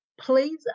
please